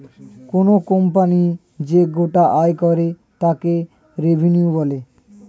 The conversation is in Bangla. কোনো কোম্পানি যে গোটা আয় করে তাকে রেভিনিউ বলে